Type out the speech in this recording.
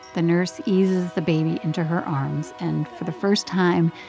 the nurse eases the baby into her arms. and for the first time,